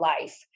life